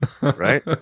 Right